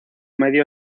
medio